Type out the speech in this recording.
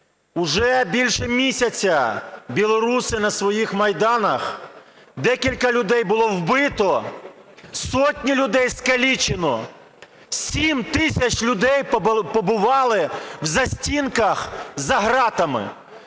Уже більше місяця білоруси на своїх майданах, декілька людей було вбито, сотні людей скалічено. Сім тисяч людей побували в застінках за ґратами.